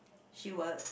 she will